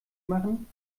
machen